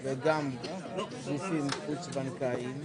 הבקשה אושרה.